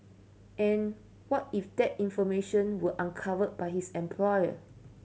and what if that information were uncovered by his employer